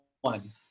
one